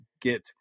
get